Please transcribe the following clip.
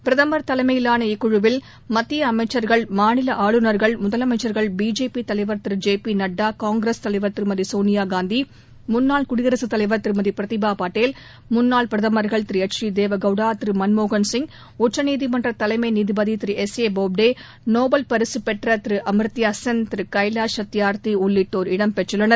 பிரதமர் தலைமையிலான இக்குழுவில் மத்திய அசைசர்கள் மாநில ஆளுநர்கள் முதலமைச்சர்கள் பிஜேபி தலைவர் திரு ஜே பி நட்டா காங்கிரஸ் தலைவர் திருமதி சோனியா காந்தி முன்னாள் குடியரக தலைவர் திருமதி பிரதீபா பாட்டீல் முன்னாள் பிரதமர்கள் திரு எச் டி தேவகவுடா திரு மன்மோகன் சிங் உச்சநீதிமன்ற தலைமை நீதிபதி எஸ் ஏ பாப்டே நோபல் பரிசு பெற்ற திரு அமர்த்தியா சென் திரு கைவாஷ் சத்தியார்த்தி உள்ளிட்டோர் இடம் பெற்றுள்ளனர்